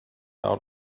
out